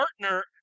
partner